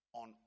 on